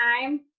time